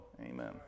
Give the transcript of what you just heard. Amen